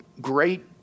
great